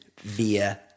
via